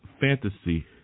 fantasy